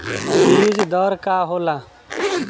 बीज दर का होला?